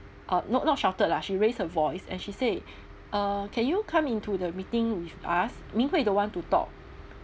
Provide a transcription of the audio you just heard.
uh not not shouted lah she raised her voice and she say uh can you come into the meeting with us ming hui don't want to talk